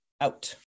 out